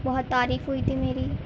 بہت تعریف ہوئی تھی میری